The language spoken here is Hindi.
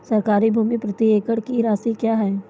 सरकारी भूमि प्रति एकड़ की राशि क्या है?